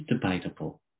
debatable